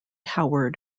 howard